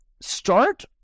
Start